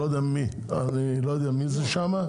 אני לא יודע מי זה שם,